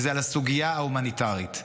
וזה הסוגיה ההומניטרית.